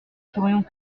saurions